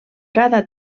cada